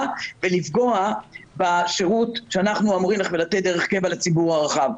ולפגוע בשירות שאנחנו אמורים לתת דרך קבע לציבור הרחב.